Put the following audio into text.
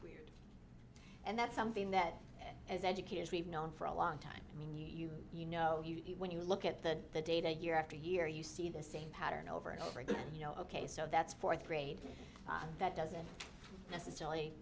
grades and that's something that as educators we've known for a long time i mean you you know when you look at the data year after year you see the same pattern over and over again you know ok so that's fourth grade that doesn't necessarily